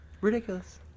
ridiculous